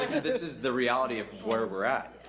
this is the reality of where we're at.